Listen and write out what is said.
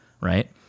right